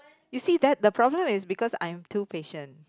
you see that the problem is because I'm too patient